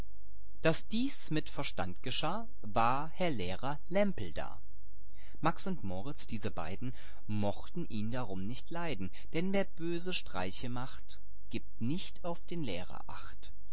daß dies mit verstand geschah war herr lehrer lämpel da max und moritz diese beiden mochten ihn darum nicht leiden denn wer böse streiche macht gibt nicht auf den lehrer acht